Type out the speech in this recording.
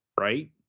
right